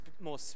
more